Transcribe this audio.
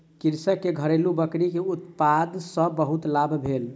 कृषक के घरेलु बकरी के उत्पाद सॅ बहुत लाभ भेल